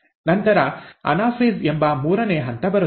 ನಂತರ ಅನಾಫೇಸ್ ಎಂಬ ಮೂರನೇ ಹಂತ ಬರುತ್ತದೆ